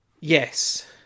yes